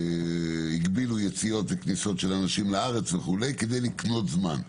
הגבילו יציאות וכניסות של אנשים לארץ וכולי - כדי לקנות זמן.